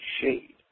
shade